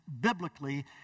biblically